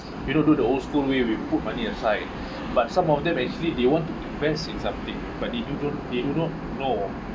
you know do the old-school way we put money aside but some of them actually they want to invest in something but they do not they do not know